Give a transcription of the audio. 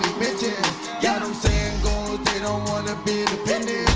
got em sayin goals they don't wanna be independent